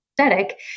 aesthetic